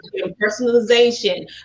personalization